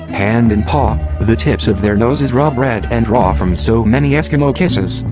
hand in paw, the tips of their noses rubbed red and raw from so many eskimo kisses,